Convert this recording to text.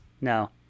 No